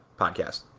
podcast